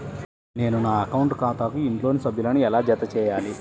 నేను నా అకౌంట్ ఖాతాకు ఇంట్లోని సభ్యులను ఎలా జతచేయాలి?